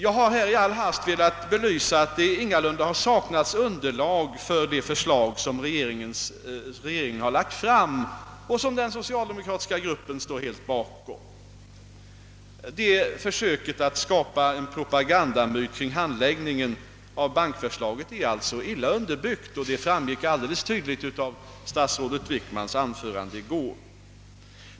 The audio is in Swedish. Jag har här kortfattat velat belysa att det ingalunda saknas underlag för det förslag som regeringen har lagt fram och som den socialdemokratiska gruppen helt står bakom. Försöket att skapa en propagandamyt kring handläggningen av bankförslaget är alltså illa underbyggt, och det framgick alldeles tydligt av statsrådet Wickmans anförande i går.